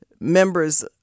members